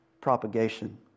propagation